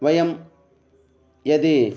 वयं यदि